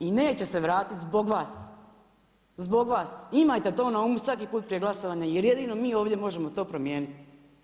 I neće se vratiti zbog vas, zbog vas, imajte to na umu svaki put prije glasovanja, jer jedini mi ovdje možemo to promijeniti.